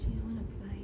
actually I want to apply